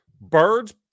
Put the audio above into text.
birds